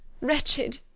Wretched